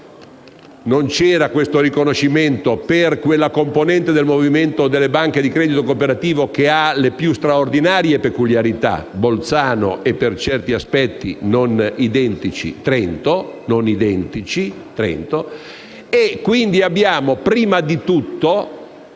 Non c'era questo riconoscimento per quella componente del movimento delle banche di credito cooperativo che ha le più straordinarie peculiarità: Bolzano e, per certi aspetti non identici, Trento.